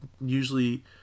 usually